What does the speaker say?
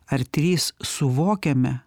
ar trys suvokiame